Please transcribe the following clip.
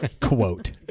Quote